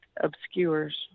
obscures